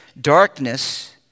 darkness